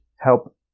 help